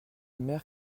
mère